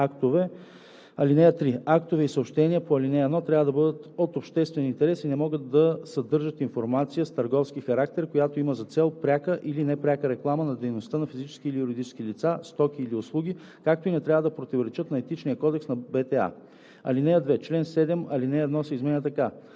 Актовете и съобщенията по ал. 1 трябва да бъдат от обществен интерес и не могат да съдържат информация с търговски характер, която има за цел пряка или непряка реклама на дейността на физически или юридически лица, стоки или услуги, както и не трябва да противоречат на Етичния кодекс на Българската телеграфна агенция.“ § 2. Член 7, ал. 1 се изменя така: